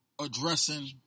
addressing